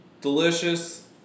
delicious